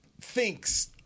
thinks